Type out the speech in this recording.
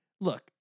look